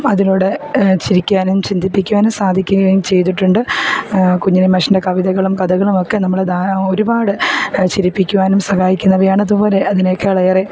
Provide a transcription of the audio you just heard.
അതിലൂടെ ചിരിക്കാനും ചിന്തിപ്പിക്കുവാനും സാധിക്കുകയും ചെയ്തിട്ടുണ്ട് കുഞ്ഞുണ്ണി മാഷിൻ്റെ കവിതകളും കഥകളും ഒക്കെ നമ്മൾ ഒരുപാട് ചിരിപ്പിക്കുവാനും സഹായിക്കുന്നവയാണ് ഇതുപോലെ അതിനേക്കാളേറേ